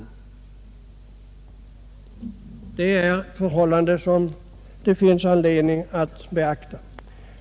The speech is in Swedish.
Det är förhällanden som det finns anledning att beakta.